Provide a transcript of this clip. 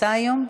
נמצא היום?